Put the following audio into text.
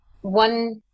one